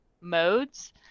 modes